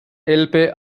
elbe